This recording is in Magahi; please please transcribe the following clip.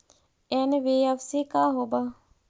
एन.बी.एफ.सी का होब?